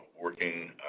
working